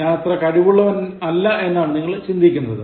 ഞാൻ അത്ര കഴിവുള്ളവനല്ല എന്നാണു നിങ്ങൾ ചിന്തിക്കുന്നത്